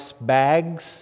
bags